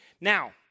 Now